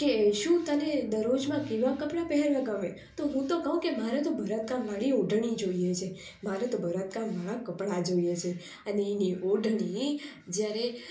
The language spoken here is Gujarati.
કે શું તને દરરોજમાં કેવાં કપડાં પહેરવા ગમે તો હું તો કહું કે મારે તો ભરતકામવાળી ઓઢણી જોઈએ છે મારે તો ભરતકામવાળાં કપડાં જોઈએ છે અને એની ઓઢણી જ્યારે